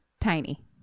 Tiny